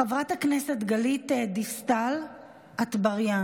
חברת הכנסת גלית דיסטל אטבריאן,